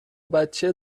بچه